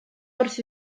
wrth